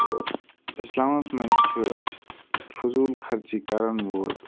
اِسلامَس مَنٛز چھُ فضوٗل خَرچی کَرَن وول